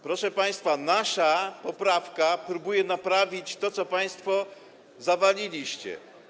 Proszę państwa, naszą poprawką próbujemy naprawić to, co państwo zawaliliście.